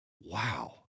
wow